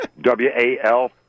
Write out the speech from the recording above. w-a-l